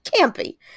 campy